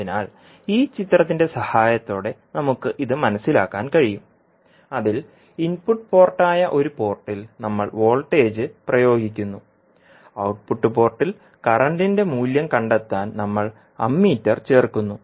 അതിനാൽ ഈ ചിത്രത്തിന്റെ സഹായത്തോടെ നമുക്ക് ഇത് മനസിലാക്കാൻ കഴിയും അതിൽ ഇൻപുട്ട് പോർട്ടായ ഒരു പോർട്ടിൽ നമ്മൾ വോൾട്ടേജ് പ്രയോഗിക്കുന്നു ഔട്ട്പുട്ട് പോർട്ടിൽ കറന്റിൻറെ മൂല്യം കണ്ടെത്താൻ നമ്മൾ അമ്മീറ്റർ ചേർക്കുന്നു